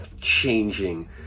changing